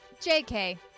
JK